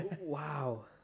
Wow